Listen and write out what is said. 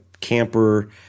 camper